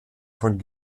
von